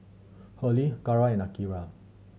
Hurley Kara and Akira